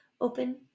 open